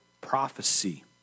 prophecy